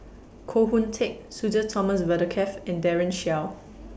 Koh Hoon Teck Sudhir Thomas Vadaketh and Daren Shiau